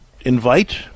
invite